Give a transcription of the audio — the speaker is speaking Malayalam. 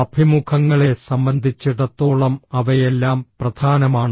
അഭിമുഖങ്ങളെ സംബന്ധിച്ചിടത്തോളം അവയെല്ലാം പ്രധാനമാണ്